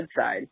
side